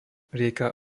rieka